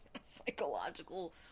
psychological